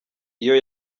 iyo